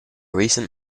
recent